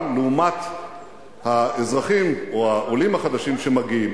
לעומת האזרחים או העולים החדשים שמגיעים.